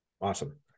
Awesome